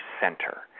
center